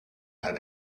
had